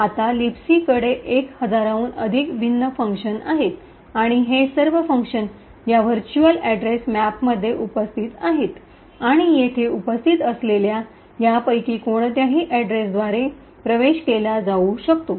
आता लिबेसी कडे एक हजाराहून अधिक भिन्न फंक्शन आहेत आणि हे सर्व फंक्शन या व्हर्च्युअल अॅड्रेस मॅपमध्ये उपस्थित आहेत आणि येथे उपस्थित असलेल्या यापैकी कोणत्याही अड्रेसद्वारे प्रवेश केला जाऊ शकतो